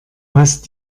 hast